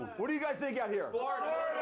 what do you guys think out here? florida!